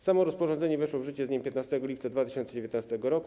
Samo rozporządzenie weszło w życie z dniem 15 lipca 2019 r.